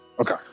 Okay